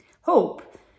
Hope